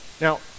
Now